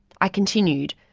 i continued,